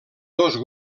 dos